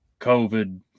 COVID